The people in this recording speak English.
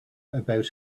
about